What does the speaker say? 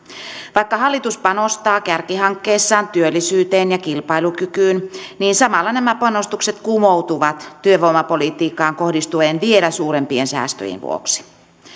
vaikka hallitus panostaa kärkihankkeessaan työllisyyteen ja kilpailukykyyn samalla nämä panostukset kumoutuvat työvoimapolitiikkaan kohdistuvien vielä suurempien säästöjen vuoksi